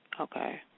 Okay